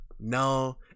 No